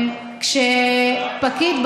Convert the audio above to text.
כשפקיד,